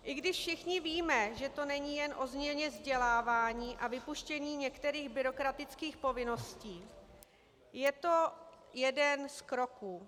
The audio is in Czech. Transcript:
I když všichni víme, že to není jen o změně vzdělávání a vypuštění některých byrokratických povinností, je to jeden z kroků.